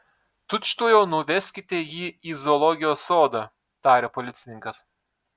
tučtuojau nuveskite jį į zoologijos sodą tarė policininkas